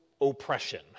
oppression